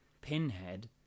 Pinhead